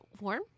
warm